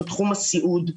בתחום הסיעוד.